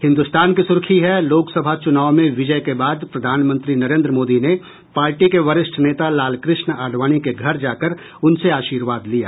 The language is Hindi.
हिन्दुस्तान की सुर्खी है लोकसभा चुनाव में विजय के बाद प्रधानमंत्री नरेंद्र मोदी ने पार्टी के वरिष्ठ नेता लालकृष्ण आडवाणी के घर जाकर उनसे आर्शीवाद लिया